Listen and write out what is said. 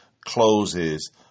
closes